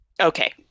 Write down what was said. Okay